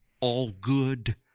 all-good